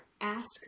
Ask